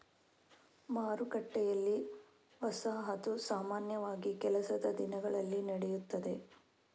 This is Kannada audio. ಮಾರುಕಟ್ಟೆಯಲ್ಲಿ, ವಸಾಹತು ಸಾಮಾನ್ಯವಾಗಿ ಕೆಲಸದ ದಿನಗಳಲ್ಲಿ ನಡೆಯುತ್ತದೆ